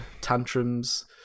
tantrums